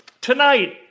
Tonight